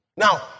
Now